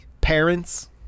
parents